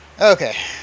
Okay